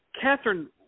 Catherine